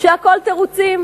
שהכול תירוצים.